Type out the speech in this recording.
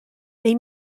they